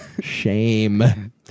Shame